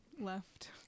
left